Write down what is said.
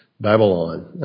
Babylon